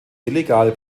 illegal